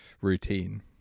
routine